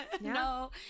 no